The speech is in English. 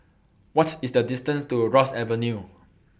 What IS The distance to Ross Avenue